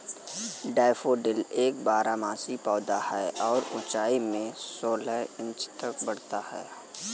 daffodil एक बारहमासी पौधा है और ऊंचाई में सोलह इंच तक बढ़ता है